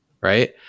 right